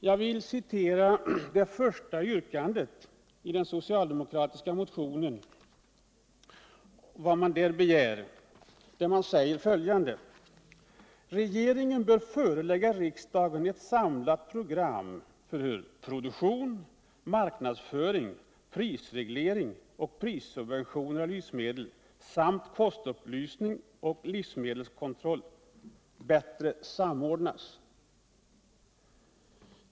Jag vill citera det första yrkandet i den sociuldemokratiska motionen. Där står: "Regeringen bör förelägga riksdagen ett samlat program för hur produktion, marknadsföring, prisreglering och prissubventioncer av livsmedel samt kostupplysning och livsmedelskontroll bättre kan samordnas —--—.